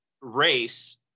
race